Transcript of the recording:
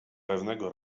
pewnego